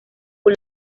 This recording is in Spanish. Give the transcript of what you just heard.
con